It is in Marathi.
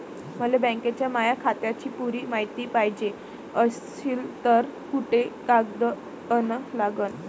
मले बँकेच्या माया खात्याची पुरी मायती पायजे अशील तर कुंते कागद अन लागन?